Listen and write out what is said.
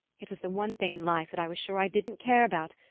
it was the one thing in life that i was sure i didn't care about,